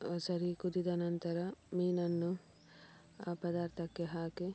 ಸರಿ ಕುದಿದ ನಂತರ ಮೀನನ್ನು ಆ ಪದಾರ್ಥಕ್ಕೆ ಹಾಕಿ